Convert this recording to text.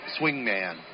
swingman